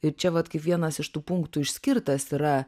ir čia vat kaip vienas iš tų punktų išskirtas yra